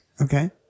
Okay